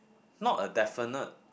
not a definite